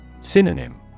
Synonym